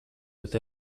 bet